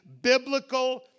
biblical